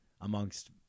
amongst